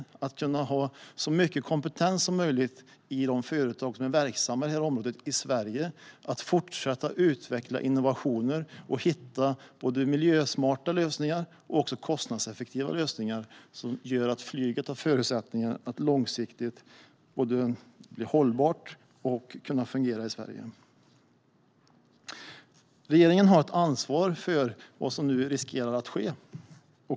Man ska kunna ha så mycket kompetens som möjligt i de företag som är verksamma inom det området i Sverige, så att vi kan fortsätta utveckla innovationer och hitta både miljösmarta och kostnadseffektiva lösningar. På det sättet får flyget förutsättningar för att bli hållbart och för att kunna fungera i Sverige på lång sikt. Regeringen har ett ansvar för det som nu riskerar att ske.